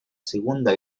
segunda